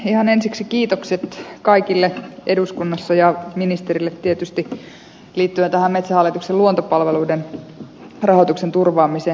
ihan ensiksi kiitokset kaikille eduskunnassa ja ministerille tietysti liittyen tähän metsähallituksen luontopalveluiden rahoituksen turvaamiseen